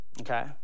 Okay